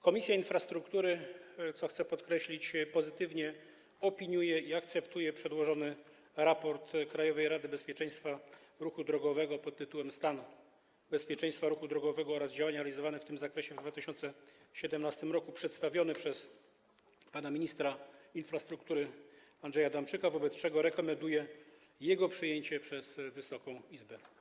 Komisja Infrastruktury, co chcę podkreślić, pozytywnie opiniuje i akceptuje przedłożony raport Krajowej Rady Bezpieczeństwa Ruchu Drogowego pt. „Stan bezpieczeństwa ruchu drogowego oraz działania realizowane w tym zakresie w 2017 r.”, przedstawiony przez pana ministra infrastruktury Andrzeja Adamczyka, wobec czego rekomenduję jego przyjęcie przez Wysoką Izbę.